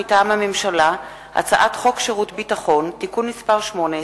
מטעם הממשלה: הצעת חוק שירות ביטחון (תיקון מס' 18),